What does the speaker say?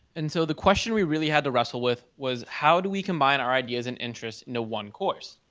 and so the question we really had to wrestle with was how do we combine our ideas and interest into one course?